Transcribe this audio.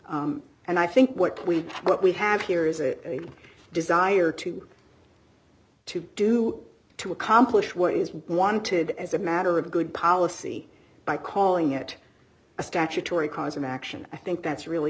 and i think what we what we have here is a desire to to do to accomplish what is wanted as a matter of good policy by calling it a statutory cause of action i think that's really